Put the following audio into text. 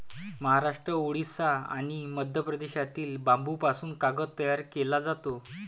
महाराष्ट्र, ओडिशा आणि मध्य प्रदेशातील बांबूपासून कागद तयार केला जातो